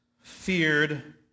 feared